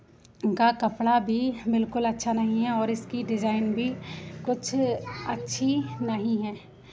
का कपड़ा भी बिल्कुल अच्छा नहीं है और इसकी डिज़ाइन भी कुछ अच्छी नहीं है